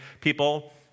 people